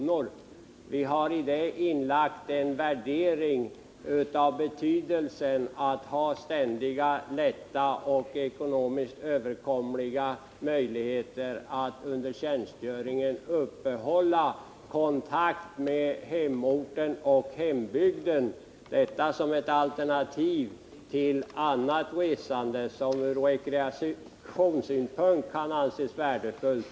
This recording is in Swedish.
I förslaget har vi lagt in en värdering när det gäller ständiga, lätta och ekonomiskt överkomliga möjligheter att under tjänstgöringen upprätthålla kontakt med hemorten — detta som ett alternativ till annat resande, som ur rekreationssynpunkt kan anses värdefullt.